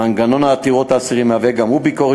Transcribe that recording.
מנגנון עתירות האסירים מהווה גם הוא ביקורת